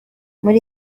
muri